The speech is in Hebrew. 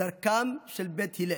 דרכם של בית הלל,